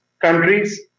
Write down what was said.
countries